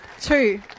Two